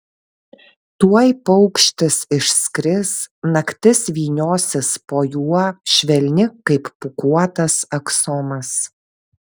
tuoj paukštis išskris naktis vyniosis po juo švelni kaip pūkuotas aksomas